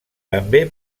també